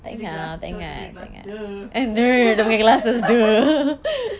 dia ada glass dia ada glass